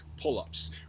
pull-ups